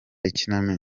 ikinamico